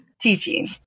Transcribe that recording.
Teaching